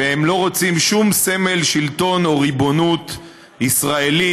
ולא רוצים שום סמל שלטון או ריבונות ישראלי,